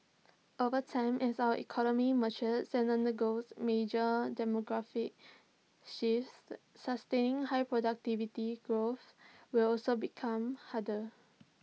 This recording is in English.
over time as our economy matures and undergoes major demographic shifts sustaining high productivity growth will also become harder